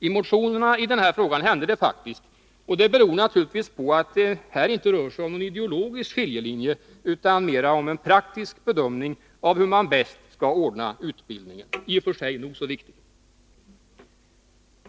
I motionerna i den här frågan hände det faktiskt, och det beror naturligtvis på att det här inte rör sig om någon ideologisk skiljelinje utan mera om en praktisk bedömning av hur man bäst skall ordna utbildningen, i och för sig nog så viktigt.